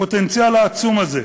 הפוטנציאל העצום הזה,